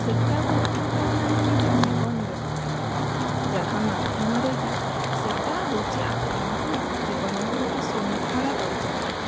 ସେଟାକୁ ଆପଣମାନେ ନିଜ ଜୀବନରେ ପକାଇବେ ଯାହା ମାଧ୍ୟମରେ କି ସେଟା ହେଉଛି ଆପଣଙ୍କୁ ଜୀବନକୁ ଗୋଟେ ଶୃଙ୍ଖଳା କରିଚାଲିବ